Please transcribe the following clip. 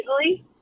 easily